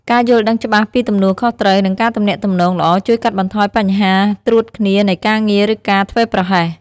ការយល់ដឹងច្បាស់ពីទំនួលខុសត្រូវ និងការទំនាក់ទំនងល្អ ជួយកាត់បន្ថយបញ្ហាត្រួតគ្នានៃការងារ ឬការធ្វេសប្រហែស។